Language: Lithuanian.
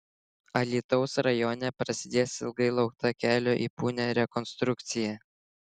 alytaus rajone prasidės ilgai laukta kelio į punią rekonstrukcija